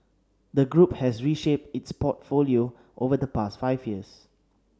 the group has reshaped its portfolio over the past five years